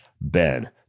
Ben